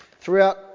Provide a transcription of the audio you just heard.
Throughout